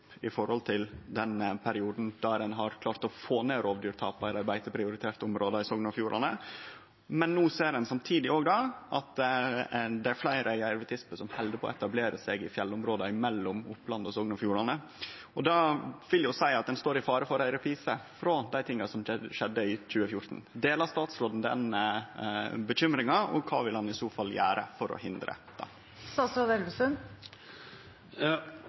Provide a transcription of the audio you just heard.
i forhold til perioden då ein klarte å få ned rovdyrtapa i dei beiteprioriterte områda i Sogn og Fjordane. No ser ein samtidig at det er fleire jervtisper som held på å etablere seg i fjellområda mellom Oppland og Sogn og Fjordane. Det vil seie at ein står i fare for ein reprise på det som skjedde i 2014. Deler statsråden den bekymringa? Og: Kva vil han i så fall gjere for å hindre